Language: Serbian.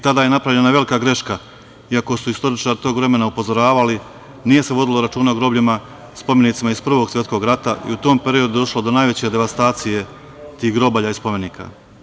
Tada je napravljena velika greška i ako su istoričari tog vremena upozoravali, nije se vodilo računa o grobljima, spomenicima iz Prvog svetskog rata, i u tom periodu došlo je do najveće devastacije tih grobalja i spomenika.